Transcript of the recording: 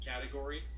category